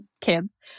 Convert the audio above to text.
kids